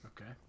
Okay